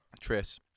Tris